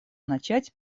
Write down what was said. начать